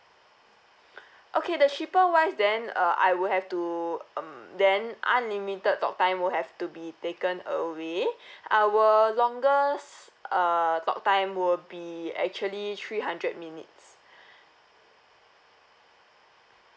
okay the cheaper wise then uh I will have to um then unlimited talk time would have to be taken away our longest err got time will be actually three hundred minutes